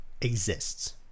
exists